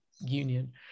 Union